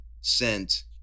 sent